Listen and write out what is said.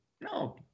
No